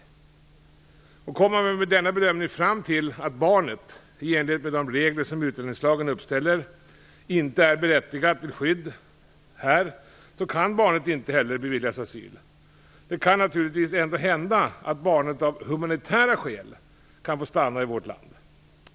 Kommer man vid denna bedömning fram till att barnet, i enlighet med de regler som utlänningslagen uppställer, inte är berättigat till skydd här kan barnet inte beviljas asyl. Det kan naturligtvis ändå hända att barnet av humanitära skäl kan få stanna i vårt land.